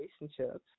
relationships